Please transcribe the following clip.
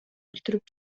өлтүрүп